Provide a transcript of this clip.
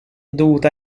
dovuta